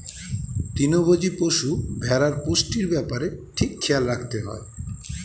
তৃণভোজী পশু, ভেড়ার পুষ্টির ব্যাপারে ঠিক খেয়াল রাখতে হয়